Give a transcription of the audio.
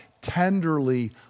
tenderly